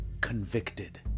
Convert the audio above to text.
convicted